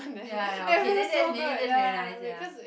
ya ya okay then that is maybe that is very nice ya